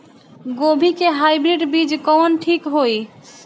गोभी के हाईब्रिड बीज कवन ठीक होई?